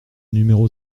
numéro